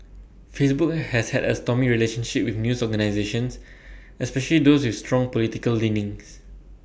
Facebook has had A stormy relationship with news organisations especially those with strong political leanings